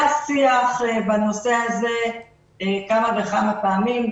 היה שיח בנושא הזה כמה וכמה פעמים.